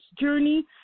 journey